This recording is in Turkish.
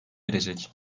erecek